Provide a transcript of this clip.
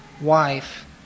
wife